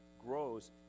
grows